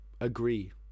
agree